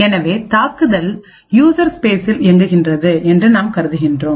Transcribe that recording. எனவே தாக்குதல் யூசர் ஸ்பேஸ்சில் இயங்குகிறது என்று நாம் கருதுகிறோம்